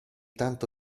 tanto